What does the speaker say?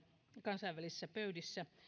kansainvälisissä pöydissä